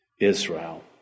Israel